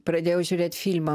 pradėjau žiūrėt filmą